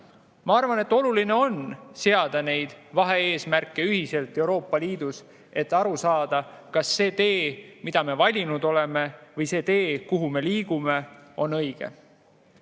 Ma arvan, et oluline on seada neid vahe-eesmärke Euroopa Liidus ühiselt, et aru saada, kas see [suund], mille me valinud oleme, või see tee, kuhu me liigume, on õige.